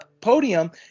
podium